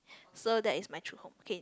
so that is my true home okay